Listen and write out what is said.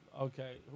okay